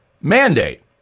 mandate